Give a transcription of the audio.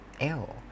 ew